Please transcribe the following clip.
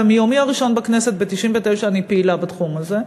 ומיומי הראשון בכנסת ב-1999 אני פעילה בתחום הזה,